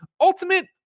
Ultimate